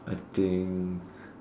I think